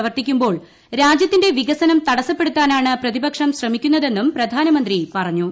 പ്രവർത്തിക്കുമ്പോൾ രാജ്യത്തിന്റെ വികസനം തടസ്സപ്പെടുത്താനാണ് പ്രതിപക്ഷം ശ്രമിക്കുന്നതെന്നും പ്രധാനമന്ത്രി പറഞ്ഞു